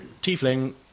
Tiefling